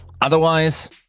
otherwise